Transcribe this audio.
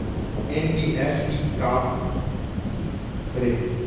NBFC का हरे?